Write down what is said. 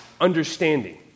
understanding